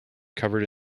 covered